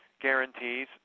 guarantees